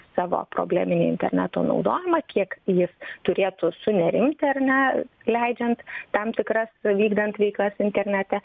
savo probleminį interneto naudojimą kiek jis turėtų sunerimti ar ne leidžiant tam tikras vykdant veiklas internete